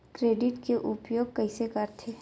Credit के उपयोग कइसे करथे?